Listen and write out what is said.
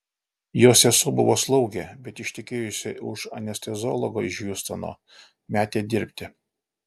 jo sesuo buvo slaugė bet ištekėjusi už anesteziologo iš hjustono metė dirbti